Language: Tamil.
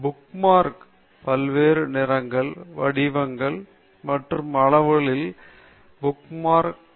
புக்மார்க்கு பல்வேறு நிறங்கள் வடிவங்கள் மற்றும் அளவுகளில் வரும் அகற்றக்கூடிய புக்மார்க்கு